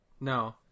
No